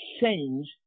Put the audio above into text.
change